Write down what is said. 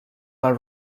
għar